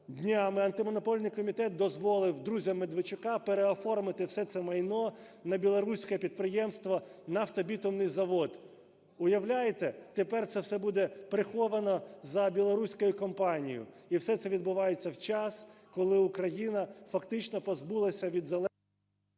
днями Антимонопольний комітет дозволив друзям Медведчука переоформити все майно на білоруське підприємство "Нафтобітумний завод". Уявляєте, тепер це все буде приховано за білоруською компанією. І все це відбувається в час, коли Україна фактично позбулася від…